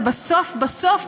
ובסוף בסוף,